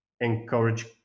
encourage